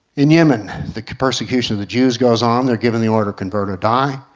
in yemen the persecution of the jews goes on. they are given the order convert or die.